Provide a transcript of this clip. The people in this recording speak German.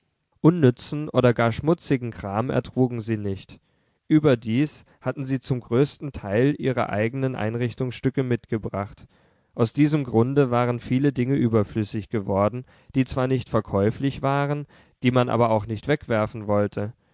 unnützen oder gar schmutzigen kram ertrugen sie nicht überdies hatten sie zum größten teil ihre eigenen einrichtungsstücke mitgebracht aus diesem grunde waren viele dinge überflüssig geworden die zwar nicht verkäuflich waren die man aber auch nicht wegwerfen wollte